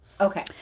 Okay